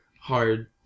hard